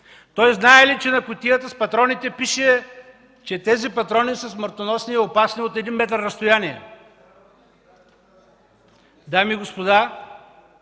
Той знае ли, че на кутията с патроните пише, че патроните са смъртоносни и опасни от един метър разстояние? Дами и господа,